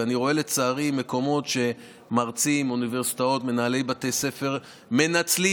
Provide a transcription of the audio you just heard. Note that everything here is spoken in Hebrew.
ואני רואה לצערי מקומות שמרצים באוניברסיטאות ומנהלי בתי ספר מנצלים